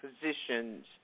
positions